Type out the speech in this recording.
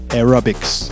Aerobics